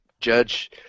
judge